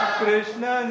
Krishna